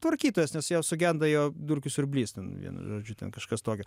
tvarkytojos nes jo sugenda jo dulkių siurblys ten vienu žodžiu ten kažkas tokio